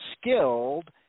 skilled